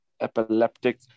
epileptic